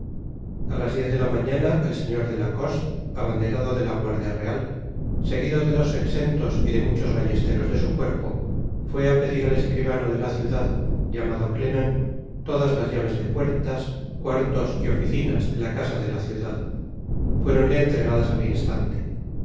a las diez de la mañana el señor de lacoste abanderado de la guardia real seguido de dos exentos y de muchos ballesteros de su cuerpo fué á pedir al escribano de la ciudad llamado clement todas las llaves de puertas cuartos y oficinas de la casa de la ciudad fuéronle entregadas al instante